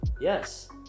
Yes